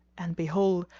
and behold,